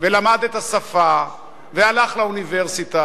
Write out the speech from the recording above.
ולמד את השפה, והלך לאוניברסיטה,